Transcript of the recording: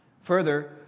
Further